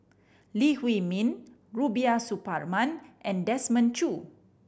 Lee Huei Min Rubiah Suparman and Desmond Choo